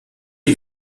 est